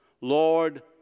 Lord